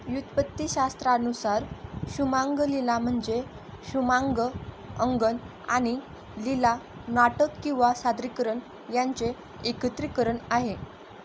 व्युत्पत्तीशास्त्रानुसार शुमांगलीला म्हणजे शुमांग अंगण आणि लीला नाटक किंवा सादरीकरण यांचे एकत्रीकरण आहे